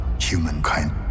humankind